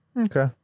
Okay